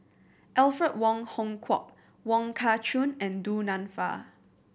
Alfred Wong Hong Kwok Wong Kah Chun and Du Nanfa